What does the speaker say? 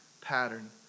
pattern